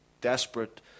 desperate